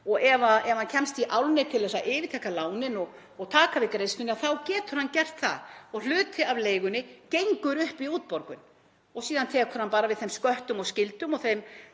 og ef hann kemst í álnir til að yfirtaka lánin og taka við greiðslunni getur hann gert það og hluti af leigunni gengur upp í útborgun. Síðan tekur hann bara við þeim sköttum og skyldum og þeim